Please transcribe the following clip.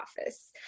office